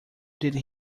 did